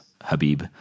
Habib